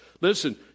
Listen